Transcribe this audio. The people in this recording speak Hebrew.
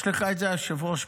1. יש לך את זה, היושב-ראש?